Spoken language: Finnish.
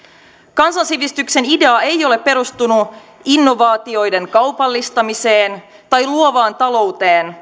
kansansivistyksen idea ei ole perustunut innovaatioiden kaupallistamiseen tai luovaan talouteen